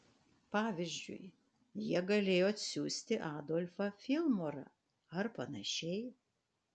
pavyzdžiui jie galėjo atsiųsti adolfą filmorą ar panašiai